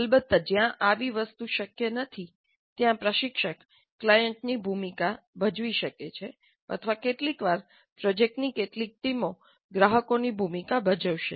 અલબત્ત જ્યાં આવી વસ્તુ શક્ય નથી ત્યાં પ્રશિક્ષક ક્લાયંટની ભૂમિકા ભજવી શકે છે અથવા કેટલીકવાર પ્રોજેક્ટની કેટલીક ટીમો ગ્રાહકોની ભૂમિકા ભજવશે